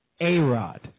A-Rod